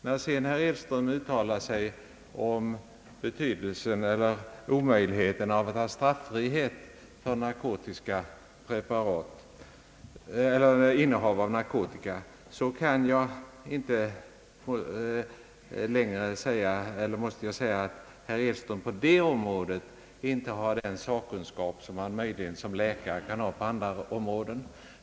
När sedan herr Edström uttalar sig om omöjligheten av straffrihet för innehav av narkotika måste jag säga att han på det området inte har den sakkunskap som han i egenskap av läkare kan ha på andra områden.